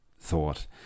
thought